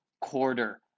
quarter